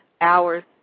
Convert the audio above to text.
hours